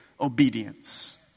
obedience